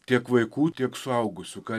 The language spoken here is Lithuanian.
tiek vaikų tiek suaugusių ką